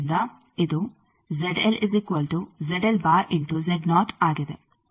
ಆದ್ದರಿಂದ ಇದು ಆಗಿದೆ